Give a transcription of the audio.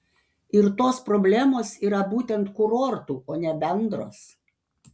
ir tos problemos yra būtent kurortų o ne bendros